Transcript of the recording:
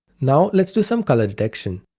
now, let's do some colour detection.